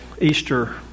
Easter